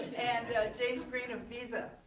and james green of visa.